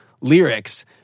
lyrics